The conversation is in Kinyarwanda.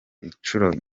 inshuro